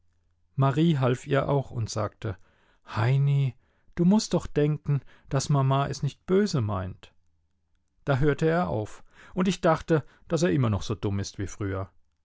marie half ihr auch und sagte heini du mußt doch denken daß mama es nicht böse meint da hörte er auf und ich dachte daß er immer noch so dumm ist wie früher